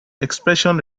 expression